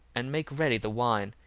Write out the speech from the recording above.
and make ready the wine,